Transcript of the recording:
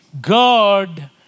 God